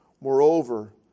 Moreover